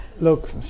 Look